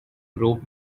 rope